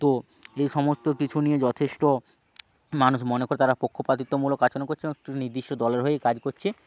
তো এই সমস্ত কিছু নিয়ে যথেষ্ট মানুষ মনে করা তারা পক্ষপাতিত্বমূলক আচরণ করছে এবং একটি নির্দিষ্ট দলের হয়েই কাজ করছে